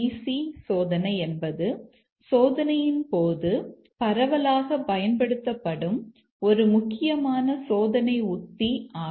C சோதனை என்பது சோதனையின் போது பரவலாகப் பயன்படுத்தப்படும் ஒரு முக்கியமான சோதனை உத்தி ஆகும்